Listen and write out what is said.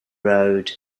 road